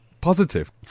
Positive